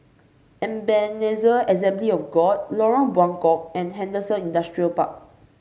Ebenezer Assembly of God Lorong Buangkok and Henderson Industrial Park